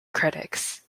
critics